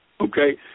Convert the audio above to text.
okay